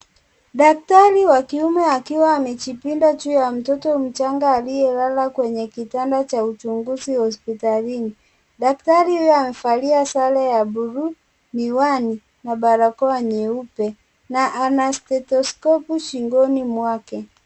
Daktari wa kiume akiwa amejipinda juu ya mtoto mchanga aliyelala kwenye kitanda cha uchunguzi hospitalini, daktari huyo amevalia sare ya bulu, miwani na barakoa nyeupe na ana stethoscope shingoni mwake.